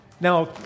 Now